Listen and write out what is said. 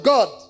God